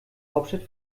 hauptstadt